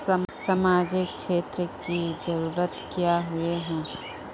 सामाजिक क्षेत्र की जरूरत क्याँ होय है?